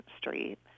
Street